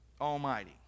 almighty